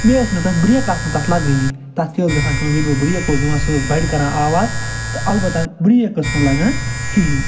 بیٚیہِ ٲسۍ مےٚ تتھ بٛریکہٕ آسہٕ نہٕ تَتھ لَگٲنی تَتھ کیٛاہ ٲسۍ گژھان کٲم ییٚلہِ بہٕ برٛیک اوسُس دِوان سۄ ٲسۍ بَڑِ کران آواز تہٕ اَلبتہ برٛیک ٲسۍ نہٕ لَگان کِہیٖنۍ نہٕ